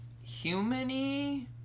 human-y